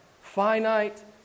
finite